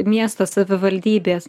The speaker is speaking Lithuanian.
miesto savivaldybės